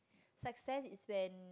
success is when